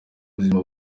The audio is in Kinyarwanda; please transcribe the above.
ubuzima